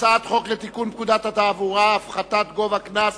הצעת חוק לתיקון פקודת התעבורה (הפחתת גובה קנס